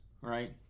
right